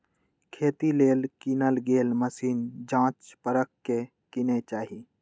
खेती लेल किनल गेल मशीन जाच परख के किने चाहि